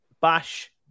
Bash